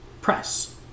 press